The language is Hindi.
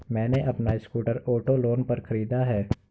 मैने अपना स्कूटर ऑटो लोन पर खरीदा है